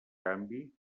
canvi